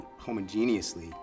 homogeneously